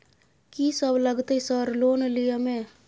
कि सब लगतै सर लोन लय में?